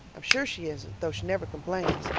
i'm sure she isn't, though she never complains.